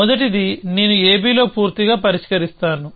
మొదటిది నేను ABలో పూర్తిగా పరిష్కరిస్తాను